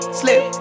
slip